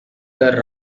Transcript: the